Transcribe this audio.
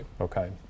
Okay